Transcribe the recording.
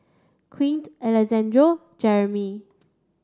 Quint Alejandro Jeramy